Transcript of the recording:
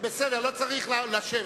לא צריך לשבת.